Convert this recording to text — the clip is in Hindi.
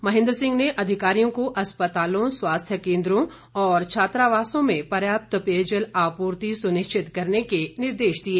महेंद्र सिह ने अधिकारियों को अस्पतालों स्वास्थ्य केंद्रों और छात्रावासों में पर्याप्त पेयजल आपूर्ति सुनिश्चित करने के निर्देश दिए